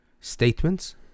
statements